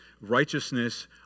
righteousness